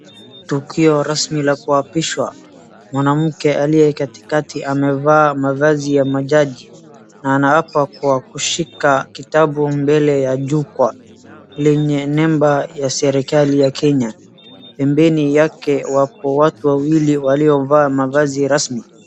Tukio rasmi la kuapishwa. Mwanamke aliyekatikati amevaa mavazi ya majaji na anahapa kwa kushika kitabu mbele ya jukwaa lenye nembo ya serikali ya Kenya. Pembeni yake wapo watu wawili waliovaa mavazi rasmi.